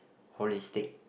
holistic